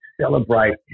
celebrate